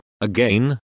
again